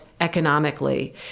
economically